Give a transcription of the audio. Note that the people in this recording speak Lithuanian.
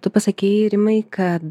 tu pasakei rimai kad